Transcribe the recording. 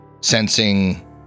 sensing